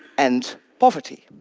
end poverty.